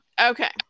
Okay